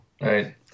Right